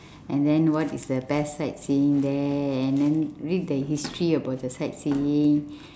and then what is the best sight seeing there and then read the history about the sight seeing